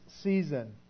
season